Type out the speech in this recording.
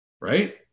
right